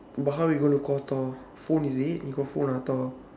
but how you going to call thor phone is it he got phone ah thor